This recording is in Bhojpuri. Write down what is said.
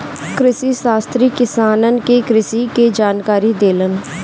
कृषिशास्त्री किसानन के कृषि के जानकारी देलन